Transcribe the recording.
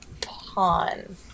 pawn